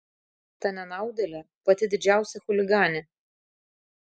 ta nenaudėlė pati didžiausia chuliganė